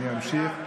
אני אמשיך.